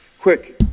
quick